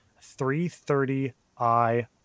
330i